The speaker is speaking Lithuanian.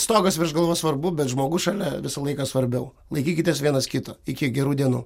stogas virš galvos svarbu bet žmogus šalia visą laiką svarbiau laikykitės vienas kito iki gerų dienų